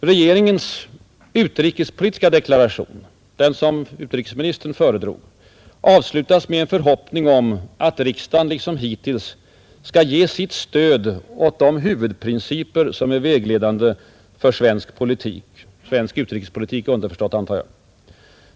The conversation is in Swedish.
Regeringens utrikespolitiska deklaration — den som utrikesministern föredrog — avslutas med en förhoppning om att riksdagen liksom hittills ”skall ge sitt stöd åt de huvudprinciper som är vägledande för svensk politik” — svensk utrikespolitik underförstått, antar jag.